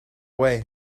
way